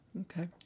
Okay